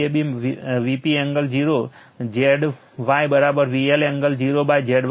કારણ કે Vab Vp angle 0 Zy VL angle 0 Zy છે